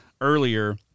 earlier